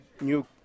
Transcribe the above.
new